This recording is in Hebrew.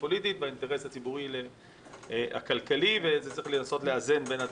פוליטית מול האינטרס הציבורי הכלכלי וצריך לנסות לאזן בין הדברים.